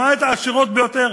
למעט העשירות ביותר,